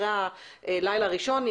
אחרי הלילה הראשון,